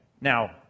Now